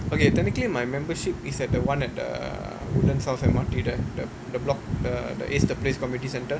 okay technically my membership is at the [one] at the err woodlands south M_R_T there the the block the the A_C_E the place community centre